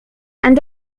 and